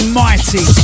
mighty